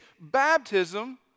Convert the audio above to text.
baptism